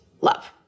love